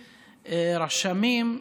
רשמים,